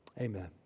amen